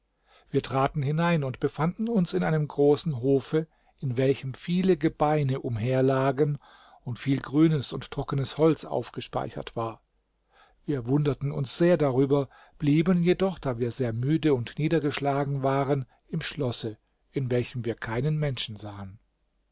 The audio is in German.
wir traten hinein und befanden uns in einem großen hofe in welchem viele gebeine umherlagen und viel grünes und trockenes holz aufgespeichert war wir wunderten uns sehr darüber blieben jedoch da wir sehr müde und niedergeschlagen waren im schlosse in welchem wir keinen menschen sahen